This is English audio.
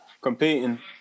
competing